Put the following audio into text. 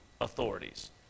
authorities